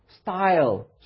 style